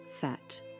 fat